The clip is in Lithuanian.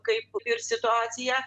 kaip ir situaciją